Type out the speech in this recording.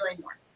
more